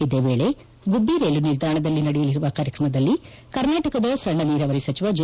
ಇದೇ ವೇಳೆ ಗುಬ್ಬ ರೈಲು ನಿಲ್ದಾಣದಲ್ಲಿ ನಡೆಯಲಿರುವ ಕಾರ್ಯಕ್ರಮದಲ್ಲಿ ಕರ್ನಾಟಕದ ಸಣ್ಣ ನೀರಾವರಿ ಸಚಿವ ಜೆ